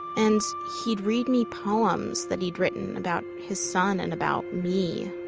and he'd read me poems that he'd written about his son and about me